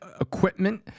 equipment